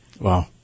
wow